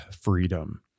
freedom